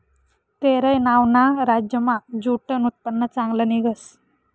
केरय नावना राज्यमा ज्यूटनं उत्पन्न चांगलं निंघस